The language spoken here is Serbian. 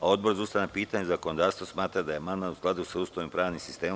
Odbor za ustavna pitanja i zakonodavstvo smatra da je amandman u skladu sa Ustavom i pravnim sistemom.